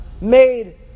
made